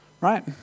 right